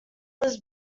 was